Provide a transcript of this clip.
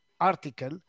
article